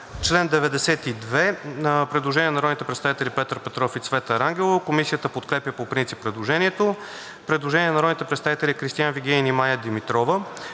чл. 92 има предложение на народните представители Петър Петров и Цвета Рангелова. Комисията подкрепя по принцип предложението. Предложение на народните представители Кристиан Вигенин и Мая Димитрова: